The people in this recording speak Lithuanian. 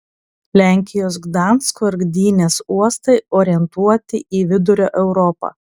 lenkijos gdansko ir gdynės uostai orientuoti į vidurio europą